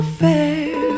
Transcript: fair